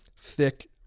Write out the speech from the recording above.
thick